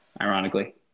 Ironically